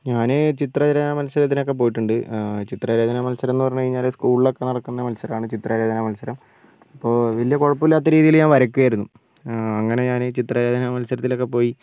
ഞാൻ ചിത്രരചന മത്സരത്തിനൊക്കെ പോയിട്ടുണ്ട് ചിത്രരചന മത്സരം എന്നു പറഞ്ഞു കഴിഞ്ഞാൽ സ്കൂളിലൊക്കെ നടക്കുന്ന മത്സരമാണ് ചിത്ര രചന മത്സരം അപ്പോൾ വലിയ കുഴപ്പമില്ലാത്ത രീതിയിൽ ഞാൻ വരയ്ക്കുമായിരുന്നു അങ്ങനെ ഞാൻ ചിത്രരചന മത്സരത്തിലൊക്കെ പോയി